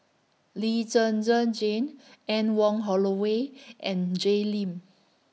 Lee Zhen Zhen Jane Anne Wong Holloway and Jay Lim